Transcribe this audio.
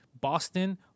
Boston